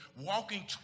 walking